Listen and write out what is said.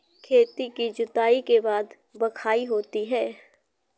खेती की जुताई के बाद बख्राई होती हैं?